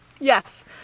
Yes